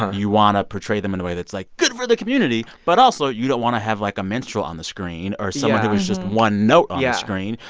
you want to portray them in a way that's, like, good for the community. but also, you don't want to have, like, a minstrel on the screen or someone who is just one note on the yeah screen.